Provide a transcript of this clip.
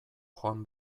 joan